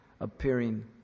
appearing